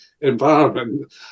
environment